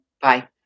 Bye